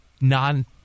non